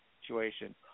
situation